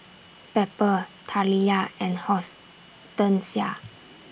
Pepper Taliyah and Horstensia